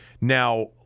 Now